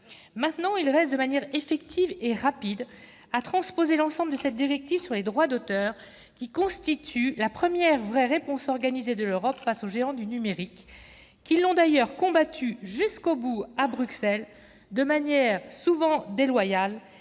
Maintenant, il reste, de manière effective et rapide, à transposer l'ensemble de cette directive sur le droit d'auteur qui constitue la première véritable réponse organisée de l'Europe face aux géants du numérique, qui l'ont d'ailleurs combattue jusqu'au bout à Bruxelles, de manière souvent déloyale,